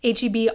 HEB